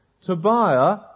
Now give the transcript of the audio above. Tobiah